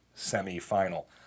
semi-final